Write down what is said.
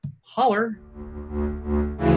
holler